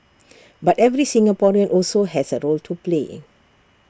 but every Singaporean also has A role to play